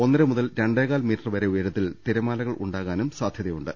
ഒന്നരമുതൽ രണ്ടേകാൽ മീറ്റർവരെ ഉയരത്തിൽ തിരമാല കൾ ഉണ്ടാകാനും സാധ്യതയുണ്ട്